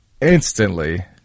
instantly